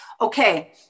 Okay